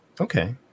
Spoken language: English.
okay